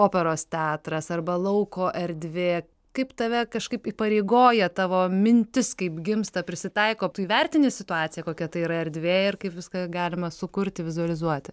operos teatras arba lauko erdvė kaip tave kažkaip įpareigoja tavo mintis kaip gimsta prisitaiko tu įvertini situaciją kokia tai yra erdvė ir kaip viską galima sukurti vizualizuoti